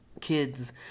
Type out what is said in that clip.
kids